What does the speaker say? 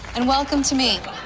and welcome to me